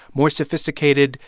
more sophisticated,